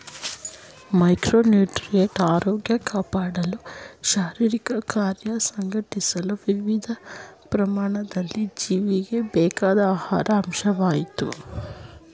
micronutrient ಆರೋಗ್ಯ ಕಾಪಾಡಲು ಶಾರೀರಿಕಕಾರ್ಯ ಸಂಘಟಿಸಲು ವಿವಿಧ ಪ್ರಮಾಣದಲ್ಲಿ ಜೀವಿಗೆ ಬೇಕಾದ ಆಹಾರ ಅಂಶವಾಗಯ್ತೆ